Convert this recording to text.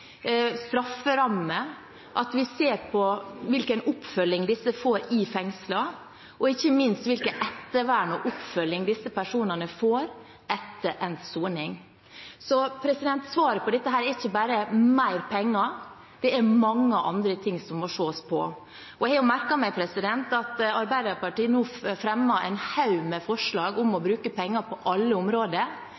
at vi ser på hvilken oppfølging straffedømte får i fengslene, og ikke minst hvilket ettervern og oppfølging disse personene får etter endt soning. Så svaret på dette er ikke bare mer penger, det er mange andre ting som må ses på. Jeg har jo merket meg at Arbeiderpartiet nå fremmer en haug med forslag om å